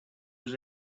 was